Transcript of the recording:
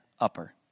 upper